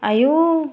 आयौ